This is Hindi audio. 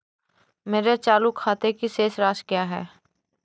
मेरे चालू खाते की शेष राशि क्या है?